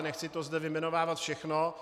Nechci to zde vyjmenovávat všechno.